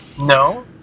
No